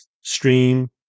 stream